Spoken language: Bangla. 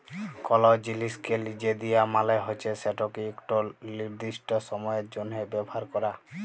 কল জিলিসকে লিজে দিয়া মালে হছে সেটকে ইকট লিরদিস্ট সময়ের জ্যনহে ব্যাভার ক্যরা